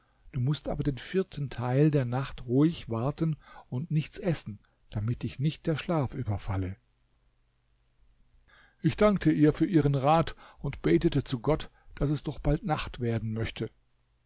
du mußt aber den vierten teil der nacht ruhig warten und nichts essen damit dich nicht der schlaf überfalle ich dankte ihr für ihren rat und betete zu gott daß es doch bald nacht werden möchte